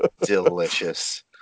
Delicious